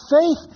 faith